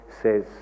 says